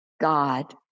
God